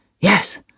Yes